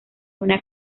una